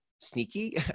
sneaky